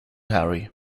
harry